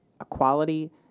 equality